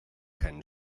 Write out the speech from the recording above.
keinen